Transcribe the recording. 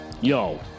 yo